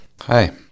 Hi